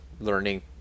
learning